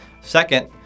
Second